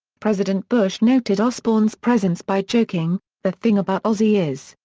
president bush noted osbourne's presence by joking the thing about ozzy is,